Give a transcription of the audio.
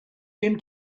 him